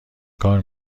کار